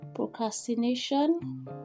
Procrastination